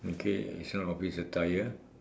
okay it's not office attire